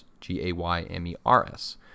G-A-Y-M-E-R-S